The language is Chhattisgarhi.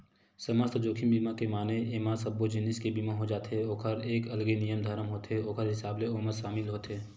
समस्त जोखिम बीमा के माने एमा सब्बो जिनिस के बीमा हो जाथे ओखर एक अलगे नियम धरम होथे ओखर हिसाब ले ओमा सामिल होथे